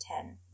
ten